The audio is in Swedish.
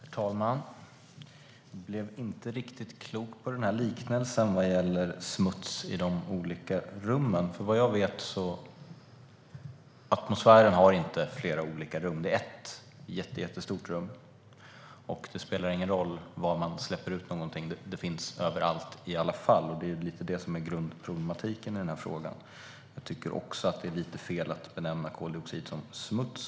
Herr talman! Jag blev inte riktigt klok på liknelsen med smuts i de olika rummen. Atmosfären har ju inte flera olika rum. Det är ett enda jättestort rum. Det spelar ingen roll var man släpper ut något; det finns överallt i alla fall. Det är ju något av grundproblematiken i den här frågan. Det är också lite fel att benämna koldioxid som smuts.